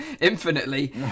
infinitely